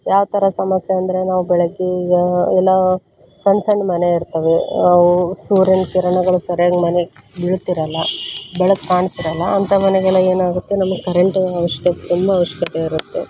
ಯಾವ ಥರ ಸಮಸ್ಯೆ ಅಂದರೆ ನಾವು ಬೆಳಗ್ಗೆ ಈಗ ಎಲ್ಲೋ ಸಣ್ಣ ಸಣ್ಣ ಮನೆ ಇರ್ತವೆ ಅವು ಸೂರ್ಯನ ಕಿರಣಗಳು ಸರ್ಯಾಗಿ ಮನೆಗೆ ಬೀಳ್ತಿರಲ್ಲ ಬೆಳಕು ಕಾಣ್ತಿರಲ್ಲ ಅಂತ ಮನೆಗೆಲ್ಲ ಏನಾಗುತ್ತೆ ನಮಗೆ ಕರೆಂಟು ಆವಶ್ಯಕತೆ ತುಂಬ ಆವಶ್ಯಕತೆ ಇರುತ್ತೆ